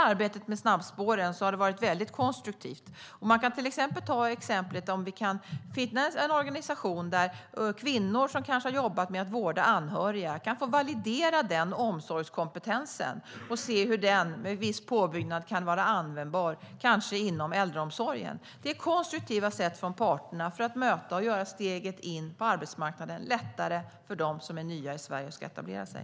Arbetet med snabbspåren har varit väldigt konstruktivt. Man kan till exempel titta på om det kan finnas en organisation där kvinnor som kanske har jobbat med att vårda anhöriga kan få validera den omsorgskompetensen och se hur den med viss påbyggnad kan vara användbar - kanske inom äldreomsorgen. Det är konstruktiva sätt för parterna att mötas och göra steget in på arbetsmarknaden lättare för dem som är nya i Sverige och ska etablera sig.